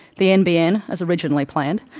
the nbn as originally planned,